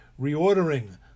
reordering